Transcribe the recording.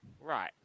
Right